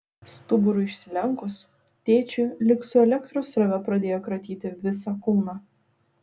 stuburui išsilenkus tėčiui lyg su elektros srove pradėjo kratyti visą kūną